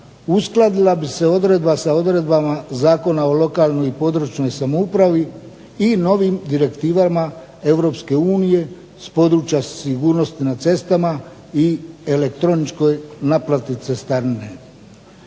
uskladila bi se odredba sa odredbama Zakona o lokalnoj i područnoj samoupravi i novim direktivama EU s područja sigurnosti na cestama i elektroničkoj naplati cestarine.